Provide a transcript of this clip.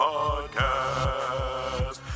Podcast